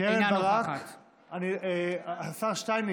אינה נוכחת ניר ברקת, אינו נוכח יאיר גולן, בעד